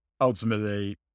ultimately